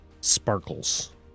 sparkles